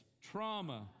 trauma